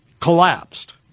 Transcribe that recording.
collapsed